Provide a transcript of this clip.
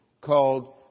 called